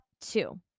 two